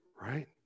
right